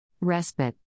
Respite